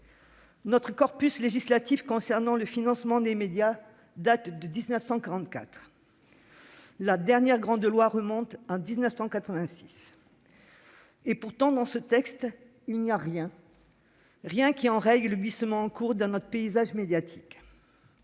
Notre corpus législatif concernant le financement des médias date de 1944. La dernière grande loi remonte à 1986. Pourtant, dans ce texte, il n'y a rien qui enraye le glissement en cours dans notre paysage médiatique.